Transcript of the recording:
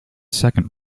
second